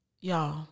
y'all